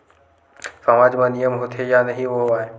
सामाज मा नियम होथे या नहीं हो वाए?